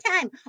time